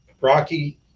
Rocky